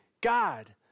God